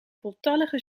voltallige